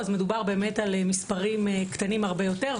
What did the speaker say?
מדובר במספרים קטנים הרבה יותר.